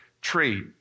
tree